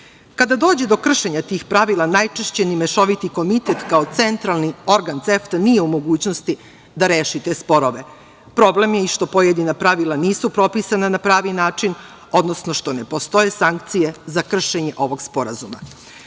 tako. Kada dođe do kršenja tih pravila, najčešće ni Mešoviti komitet, kao centralni organ CEFTA nije u mogućnosti da reši te sporove. Problem je i što pojedina pravila nisu propisana na pravi način, odnosno što ne postoje sankcije za kršenje ovog sporazuma. Setimo